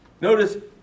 Notice